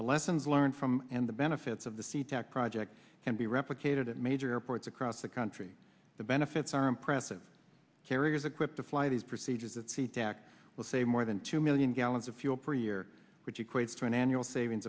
the lessons learned from and the benefits of the sea tac project can be replicated at major airports across the country the benefits are impressive carriers equipped to fly these procedures at sea tac will say more than two million gallons of fuel per year which equates to an annual savings